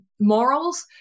morals